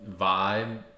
vibe